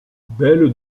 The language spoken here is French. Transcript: belle